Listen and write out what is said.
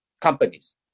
companies